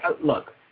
Look